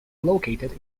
located